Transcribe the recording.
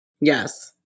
yes